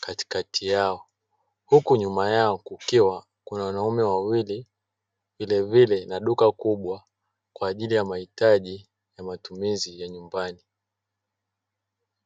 katikati yao, huku nyuma yao kukiwa kuna wanaume wawili vilevile na duka kubwa kwa ajili ya mahitaji ya matumizi ya nyumbani.